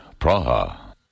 Praha